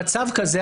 במצב כזה,